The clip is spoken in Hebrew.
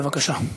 בבקשה.